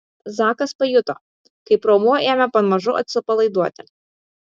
zakas pajuto kaip raumuo ėmė pamažu atsipalaiduoti